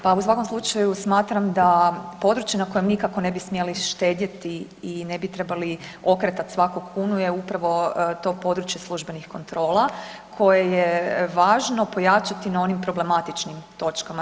Pa u svakom slučaju smatram da područje na kojem nikako ne bi smjeli štedjeti i ne bi trebali okretati svaku kunu je upravo to područje službenih kontrola koje je važno pojačati na onim problematičnim točkama.